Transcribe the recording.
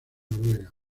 noruega